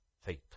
faith